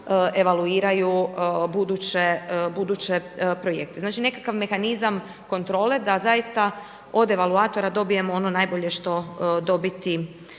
evaluiraju buduće projekte. Znači nekakav mehanizam kontrole, da zaista od evaluatora dobijemo ono što dobiti